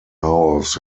house